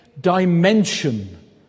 dimension